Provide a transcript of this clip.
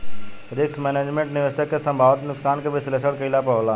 risk management, निवेशक के संभावित नुकसान के विश्लेषण कईला पर होला